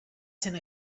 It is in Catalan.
sent